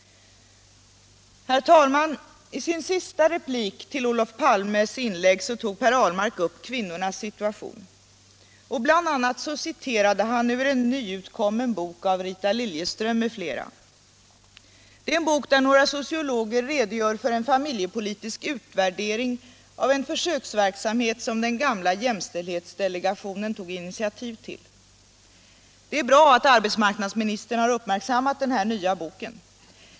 Herr talman! I sin sista replik på Olof Palmes inlägg tog Per Ahlmark upp kvinnornas situation. Bl.a. citerade han ur en nyutkommen bok av Rita Liljeström m.fl. Det är en bok där några sociologer redogör för en familjepolitisk utvärdering av en försöksverksamhet som den gamla jämställdhetsdelegationen tog initiativ till. Det är bra att arbetsmarknadsministern har uppmärksammat den här nya boken.